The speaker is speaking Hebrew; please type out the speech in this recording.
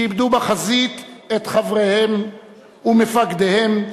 שאיבדו בחזית את חבריהם ומפקדיהם,